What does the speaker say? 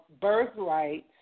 birthright